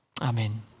Amen